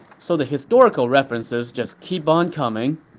so the historical references just keep on coming.